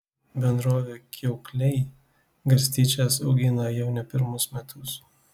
bendrovė kiaukliai garstyčias augina jau ne pirmus metus